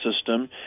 system